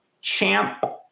Champ